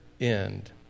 end